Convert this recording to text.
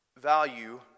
value